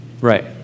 Right